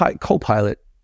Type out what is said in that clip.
co-pilot